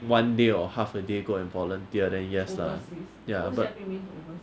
one day or half a day go and volunteer then yes lah ya but